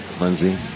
Lindsay